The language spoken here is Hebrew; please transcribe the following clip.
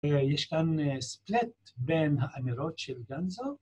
‫יש כאן ספלט בין האמירות של גנזו.